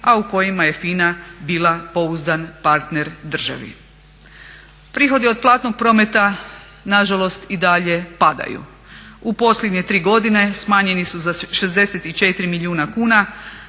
a u kojima je FINA bila pouzdan partner državi. Prihodi od platnog prometa nažalost i dalje padaju. U posljednje 3 godine smanjeni su za 64 milijuna kuna